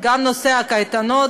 גם נושא הקייטנות,